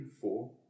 four